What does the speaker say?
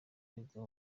perezida